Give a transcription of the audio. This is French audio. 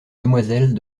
demoiselles